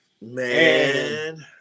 Man